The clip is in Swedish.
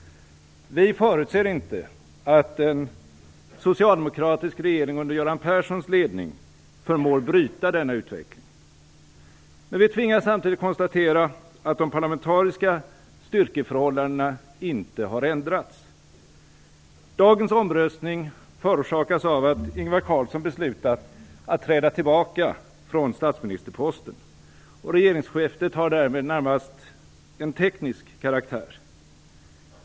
Vi förutser inte att en socialdemokratisk regering under Göran Perssons ledning förmår bryta denna utveckling. Men vi tvingas samtidigt konstatera att de parlamentariska styrkeförhållandena inte har ändrats. Dagens omröstning förorsakas av att Ingvar Carlsson beslutat att träda tillbaka från statsministerposten. Regeringsskiftet har därmed närmast en teknisk karaktär.